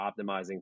optimizing